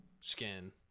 skin